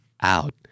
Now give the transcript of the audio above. out